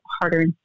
Harder